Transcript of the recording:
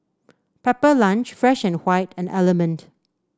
Pepper Lunch Fresh and and Element